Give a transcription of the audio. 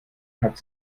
hat